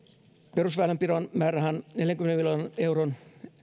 perusväylänpidon määrärahan neljänkymmenen miljoonan euron